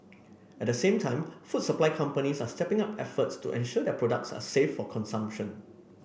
at the same time food supply companies are stepping up efforts to ensure their products are safe for consumption